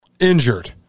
injured